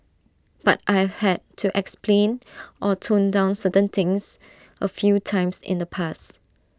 but I've had to explain or tone down certain things A few times in the past